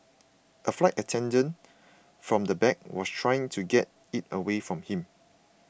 a flight attendant from the back was trying to get it away from him